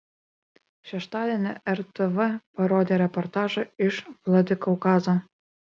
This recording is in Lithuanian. šeštadienį rtv parodė reportažą iš vladikaukazo